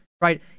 right